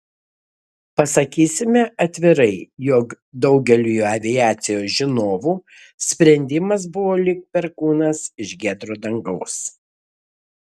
pasakysime atvirai jog daugeliui aviacijos žinovų sprendimas buvo lyg perkūnas iš giedro dangaus